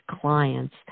clients